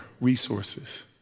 resources